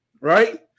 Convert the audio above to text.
right